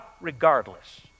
regardless